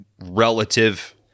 relative